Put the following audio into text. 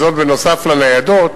וזאת בנוסף לניידות,